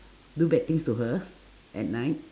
do bad things to her at night